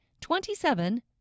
twenty-seven